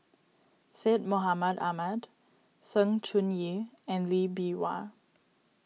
Syed Mohamed Ahmed Sng Choon Yee and Lee Bee Wah